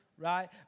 right